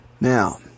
Now